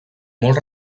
molt